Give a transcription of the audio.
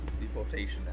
deportation